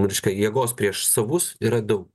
reiškia jėgos prieš savus yra daug